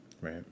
Right